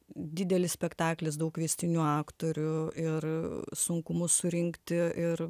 didelis spektaklis daug kviestinių aktorių ir sunku mus surinkti ir